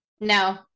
No